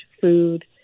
food